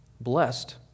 Blessed